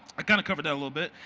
i kind of covered that a little bit,